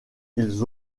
ils